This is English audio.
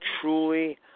truly